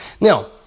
Now